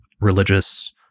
religious